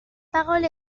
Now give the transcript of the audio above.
parole